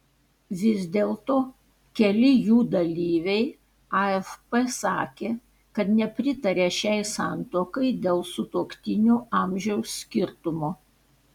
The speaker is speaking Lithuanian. vis dėlto keli jų dalyviai afp sakė kad nepritaria šiai santuokai dėl sutuoktinių amžiaus skirtumo